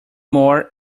more